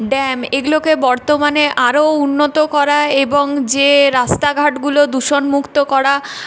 dam এগুলোকে বর্তমানে আরো উন্নত করা এবং যে রাস্তাঘাটগুলো দূষণমুক্ত করা